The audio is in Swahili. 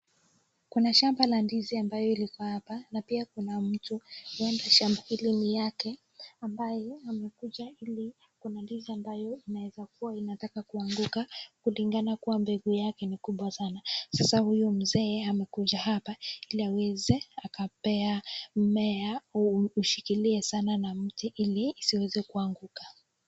Kuna shamba la ndizi ambalo ilikuwa hapa na pia kuna mtu huenda shamba hili ni yake ambaye amekuja ili kuna ndizi ambayo inaeza kuwa inataka kuanguka kulingana kuwa mbegu yake ni kubwa sana, sasa huyu mzee amekuja hapa ili aweze akapea mmea huu ushikilie sana na mti ili isiweze kuanguka.